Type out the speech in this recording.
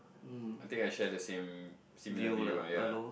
I think I share the same similar view ah ya